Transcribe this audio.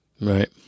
right